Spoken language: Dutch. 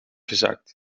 gezakt